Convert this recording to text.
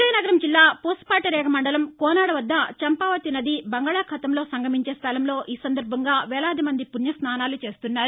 విజయనగరం జిల్లా పూసపాటి రేగ మండలం కోనాడ వద్ద చెంపావతి నది బంగాళాఖాతంలో సంగమించే స్దలంలో ఈ సందర్బంగా వేలాదిమంది పుణ్య స్నానాలు చేస్తున్నారు